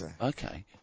Okay